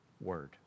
word